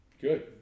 Good